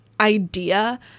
idea